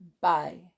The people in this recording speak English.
Bye